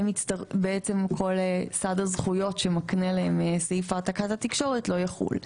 כל סד הזכויות שמקנה להם סעיף העתקת התקשורת לא יחול.